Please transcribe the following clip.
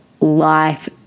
life